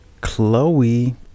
Chloe